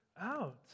out